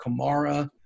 Kamara